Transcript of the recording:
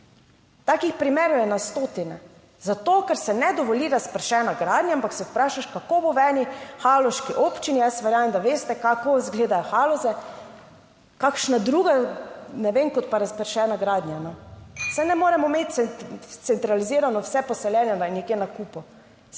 Takih primerov je na stotine, zato ker se ne dovoli razpršena gradnja. Ampak se vprašaš, kako bo v eni haloški občini, jaz verjamem, da veste kako izgledajo Haloze, kakšna druga, ne vem, kot pa razpršena gradnja? Saj ne moremo imeti centralizirano vse poseljenega je nekje na kupu.